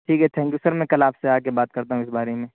ٹھیک ہے thank you sir میں کل آپ سے آکے بات کرتا ہوں اس بارے میں